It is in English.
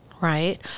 right